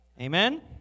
Amen